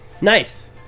Nice